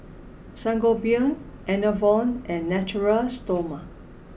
Sangobion Enervon and Natura Stoma